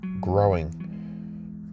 growing